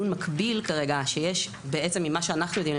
מקביל כרגע שיש בעצם ממה שאנחנו יודעים,